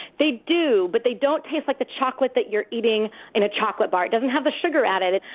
they do. but they don't taste like the chocolate that you're eating in a chocolate bar. it doesn't have the sugar added,